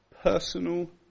personal